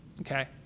okay